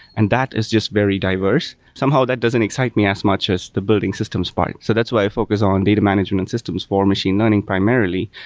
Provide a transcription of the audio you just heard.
and that is just very diverse. somehow, that doesn't excite me as much as the building systems part. so that's why i focus on data management systems for machine learning primarily.